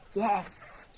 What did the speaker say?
yes,